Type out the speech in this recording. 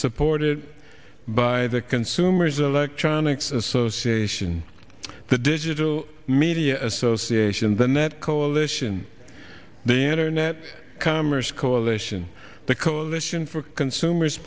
supported by the consumers alike chantix association the digital media association the net coalition the internet commerce coalition the coalition for consumers